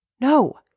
No